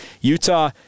Utah